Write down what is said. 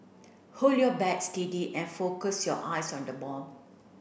hold your bat steady and focus your eyes on the ball